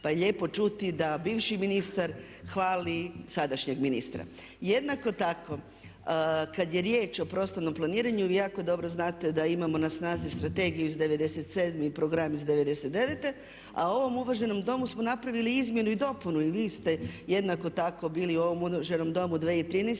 Pa je lijepo čuti da bivši ministar hvali sadašnjeg ministra. Jednako tako kad je riječ o prostornom planiranju vi jako dobro znate da imamo na snazi strategiju iz '97. i program iz '99. a u ovom uvaženom Domu smo napravili izmjenu i dopunu i vi ste jednako tako bili u ovom uvaženom Domu 2013.